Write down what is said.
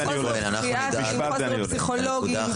חוסר בפסיכיאטרים, חוסר בפסיכולוגים.